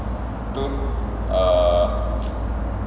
tu uh